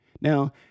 Now